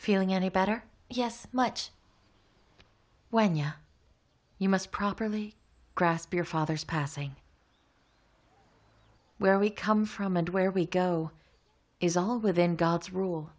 feeling any better yes much when you are you must properly grasp your father's passing where we come from and where we go is all within god's rule